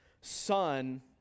Son